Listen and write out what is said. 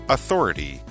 Authority